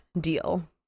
deal